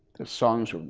the songs